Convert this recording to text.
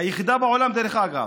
היחידה בעולם, דרך אגב,